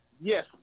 Yes